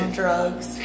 drugs